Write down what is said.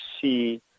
see